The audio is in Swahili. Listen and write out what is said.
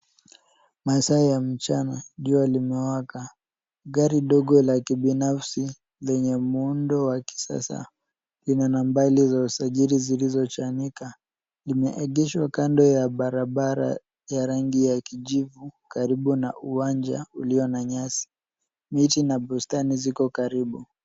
Masaa ya mchana, jua limewaka gari dogo la kibinafsi lenye muundo wa kisasa ina nambari za usajili zilizochanika, limeegeshwa kando ya barabara ya rangi ya kijivu karibu na uwanja ulio na nyasi miti na bustani ziko karibu.